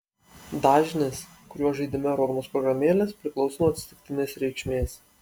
dažnis kuriuo žaidime rodomos programėlės priklauso nuo atsitiktinės reikšmės